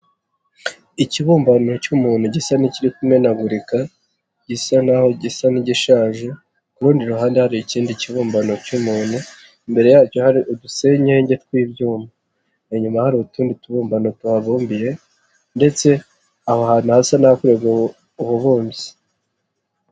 ikibumbano cy'umuntu gisa n'ikiri kumenagurika gisa naho gisa n'igishaje ku rundi ruhande hari ikindi kibumbano cy'umuntu, imbere yacyo hari udusenyege tw'ibyuma, inyuma hari utundi tubumbano tuhabumbiye ndetse aho hantu hasa n'akorerwa ububumbyi.